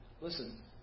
Listen